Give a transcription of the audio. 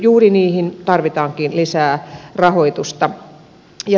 juuri niihin tarvitaankin lisää rahoitusta